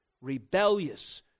rebellious